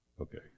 Okay